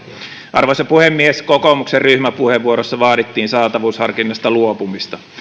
arvoisa puhemies kokoomuksen ryhmäpuheenvuorossa vaadittiin saatavuusharkinnasta luopumista